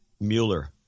Mueller